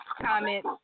comment